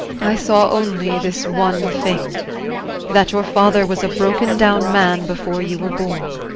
i saw only this one thing that your father was a broken-down man before you were born.